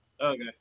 okay